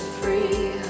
free